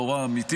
זו בשורה אמיתית.